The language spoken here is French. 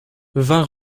vingt